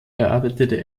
erarbeitete